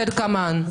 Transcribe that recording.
כדלקמן,